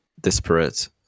disparate